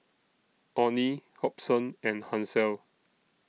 Onie Hobson and Hansel